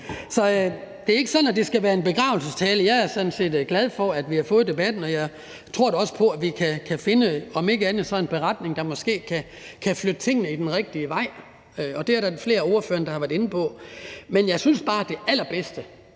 Så det er ikke sådan, at det skal være en begravelsestale, og jeg er sådan set glad for, at vi har fået debatten, og jeg tror da også på, at vi om ikke andet så kan finde en beretning, der måske kan flytte tingene den rigtige vej, og det er der flere af ordførerne der har været inde på. Men jeg synes da bare, at det allerbedste